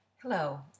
Hello